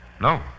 No